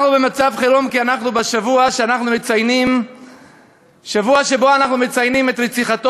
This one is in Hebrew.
אנחנו במצב חירום כי אנחנו בשבוע שבו אנחנו מציינים את רציחתו